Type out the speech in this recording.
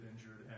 injured